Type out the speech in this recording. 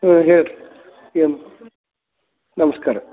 ಹಾಂ ಹೇಳ್ರಿ ಏನು ನಮಸ್ಕಾರ